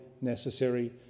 necessary